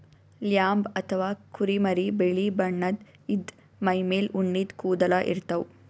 lamb ಅಥವಾ ಕುರಿಮರಿ ಬಿಳಿ ಬಣ್ಣದ್ ಇದ್ದ್ ಮೈಮೇಲ್ ಉಣ್ಣಿದ್ ಕೂದಲ ಇರ್ತವ್